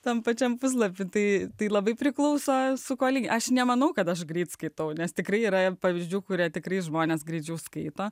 tam pačiam puslapy tai labai priklauso su kuo lygini aš nemanau kad aš greit skaitau nes tikrai yra pavyzdžių kurie tikrai žmonės greičiau skaito